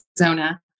Arizona